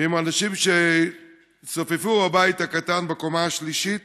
ועם האנשים שהצטופפו בבית הקטן בקומה השלישית,